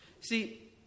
See